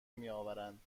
میآورند